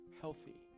healthy